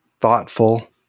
thoughtful